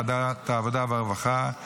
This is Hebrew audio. ועדת העבודה והרווחה: